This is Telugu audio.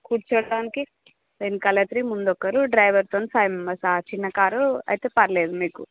కూర్చోడానికి వెనకాల త్రీ ముందొక్కరు డ్రైవర్తోని ఫైవ్ మెంబర్స్ చిన్న కారు అయితే పర్లేదు మీకు